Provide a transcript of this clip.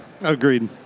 Agreed